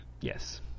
Yes